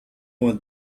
what